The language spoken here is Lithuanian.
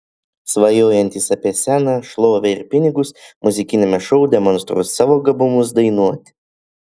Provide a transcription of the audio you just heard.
svajojantys apie sceną šlovę ir pinigus muzikiniame šou demonstruos savo gabumus dainuoti